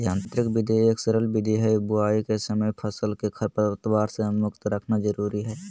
यांत्रिक विधि एक सरल विधि हई, बुवाई के समय फसल के खरपतवार से मुक्त रखना जरुरी हई